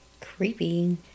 Creepy